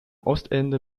ostende